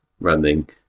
running